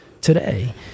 today